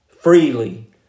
freely